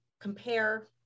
compare